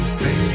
say